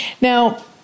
Now